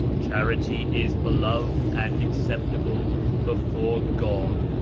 charity is beloved and acceptable before god,